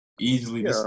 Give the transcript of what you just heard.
Easily